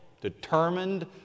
determined